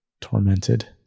tormented